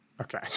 Okay